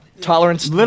tolerance